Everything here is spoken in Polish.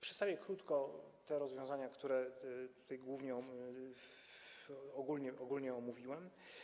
Przedstawię krótko te rozwiązania, które tutaj głównie ogólnie omówiłem.